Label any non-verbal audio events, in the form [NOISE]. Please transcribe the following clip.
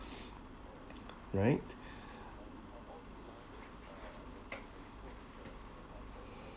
[NOISE] right